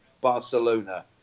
Barcelona